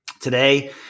Today